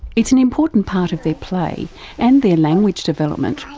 it's an important part of their play and their language development,